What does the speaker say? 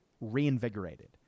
reinvigorated